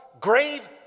grave